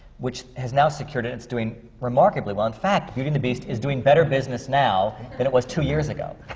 which has now secured it. it's doing remarkably well. in fact, beauty and the beast is doing better business now than it was two years ago.